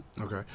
Okay